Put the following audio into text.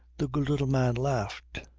the good little man laughed.